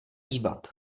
dívat